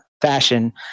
fashion